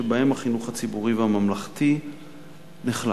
שבהם החינוך הציבורי והממלכתי נחלש.